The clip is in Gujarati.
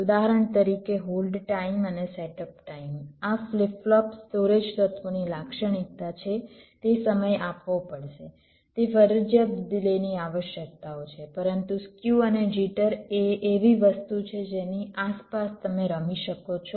ઉદાહરણ તરીકે હોલ્ડ ટાઇમ અને સેટઅપ ટાઇમ આ ફ્લિપ ફ્લોપ સ્ટોરેજ તત્વોની લાક્ષણિકતા છે તે સમય આપવો પડશે તે ફરજિયાત ડિલેની આવશ્યકતાઓ છે પરંતુ સ્ક્યુ અને જિટર એ એવી વસ્તુ છે જેની આસપાસ તમે રમી શકો છો